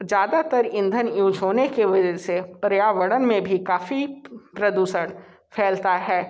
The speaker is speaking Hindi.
ज़्यादातर ईंधन यूज़ होने की वजह से पर्यावरण में भी काफ़ी प्रदूषण फैलता है